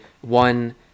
one